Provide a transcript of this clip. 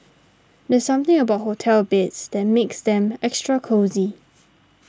there's something about hotel beds that makes them extra cosy